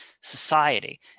society